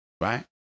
right